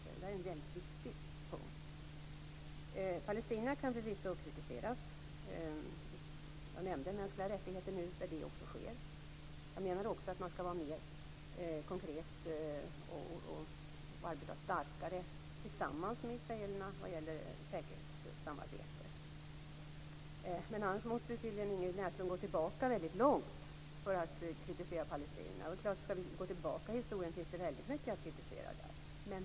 Det är en väldigt viktig punkt. Palestinierna kan förvisso kritiseras. Jag nämnde mänskliga rättigheter, där detta också sker. Jag menar också att man skall vara mer konkret och arbeta starkare tillsammans med israelerna vad gäller säkerhetssamarbetet. Ingrid Näslund måste gå väldigt långt tillbaka för att kunna kritisera palestinierna. Om vi går tillbaka i historien finns det väldigt mycket att kritisera.